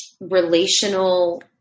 relational